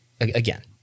again